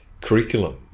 curriculum